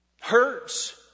hurts